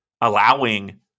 allowing